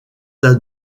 tas